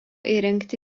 įrengti